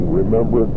remember